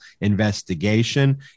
investigation